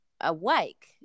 awake